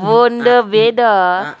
bonda bedah